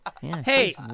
Hey